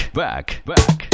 back